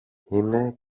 είναι